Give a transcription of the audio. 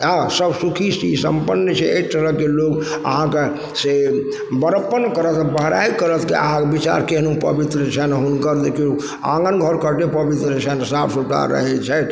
हँ सब सुखी छी सम्पन्न छथि अइ तरहके लोक अहाँके से बड़प्पन करत बड़ाइ करत कि अहा विचार केहन पवित्र छन्हि हुनकर देखियौ आँगन घर कते पवित्र छन्हि साफ सुथरा रहय छथि